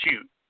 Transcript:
shoot